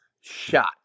shot